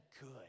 good